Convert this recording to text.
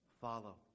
follow